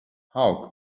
how